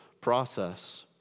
process